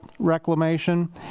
reclamation